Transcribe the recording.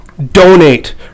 Donate